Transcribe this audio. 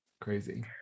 crazy